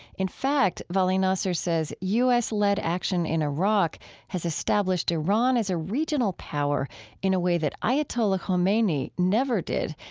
in fact, vali nasr says, u s led action in iraq has established iran as a regional power in a way that ayatollah khomeini never did,